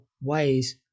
ways